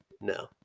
no